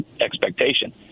expectation